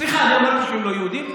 סליחה, אני אמרתי שהם לא יהודים?